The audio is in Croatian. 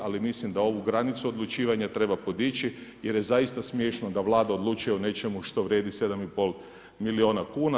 Ali mislim da ovu granicu odlučivanja treba podići, jer je zaista smiješno da Vlada odlučuje o nečemu što vrijedi 7 i pol milijuna kuna.